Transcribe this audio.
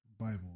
Bible